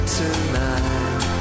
tonight